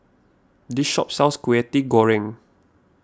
this shop sells Kwetiau Goreng